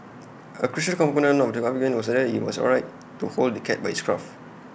A crucial component of the argument was whether IT was alright to hold the cat by its scruff